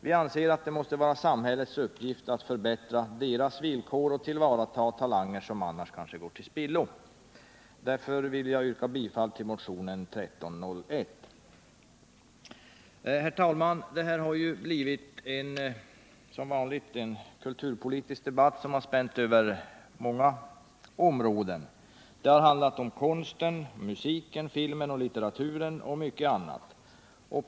Vi anser att det måste vara samhällets uppgift att förbättra kulturarbetarnas villkor och tillvarata talanger som annars kanske går till spillo. Därför yrkar jag bifall till motionen 1301. Herr talman! Det här har som vanligt blivit en bred kulturpolitisk debatt, som har spänt över många områden. Den har handlat om konsten, musiken, filmen, litteraturen och mycket annat.